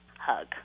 hug